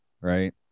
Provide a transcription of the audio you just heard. right